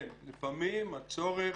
כן, לפעמים הצורך,